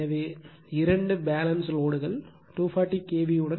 எனவே இரண்டு பேலன்ஸ் லோடுகள் 240 kV